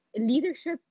Leadership